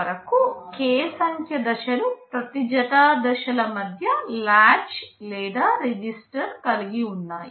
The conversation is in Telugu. వరకు k సంఖ్య దశలు ప్రతి జత దశల మధ్య లాచ్ లేదా రిజిస్టర్ కలిగి ఉన్నాయి